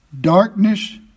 darkness